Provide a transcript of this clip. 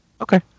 okay